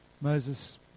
Moses